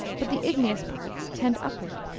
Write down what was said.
but the igneous parts tend upward,